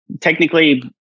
technically